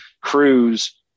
crews